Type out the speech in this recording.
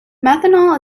methanol